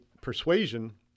persuasion